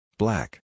Black